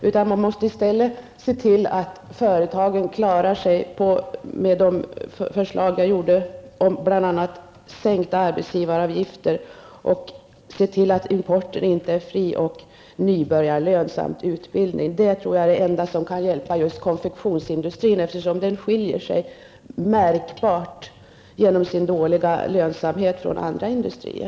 Man måste i stället se till att företagen klarar sig, och då behövs det som jag har redogjort för, bl.a. sänkta arbetsgivaravgifter. Man måste även se till att importen inte är fri. Man måste även införa nybörjarlöner samt satsa på utbildning. Det tror jag är det enda som kan hjälpa konfektionsindustrin, eftersom den skiljer sig märkbart från andra industrier på grund av sin dåliga lönsamhet.